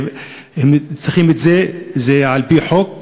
הם צריכים לקבל אותו על-פי חוק.